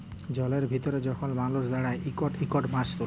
জলের ভিতরে যখল মালুস দাঁড়ায় ইকট ইকট মাছ তুলে